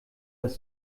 das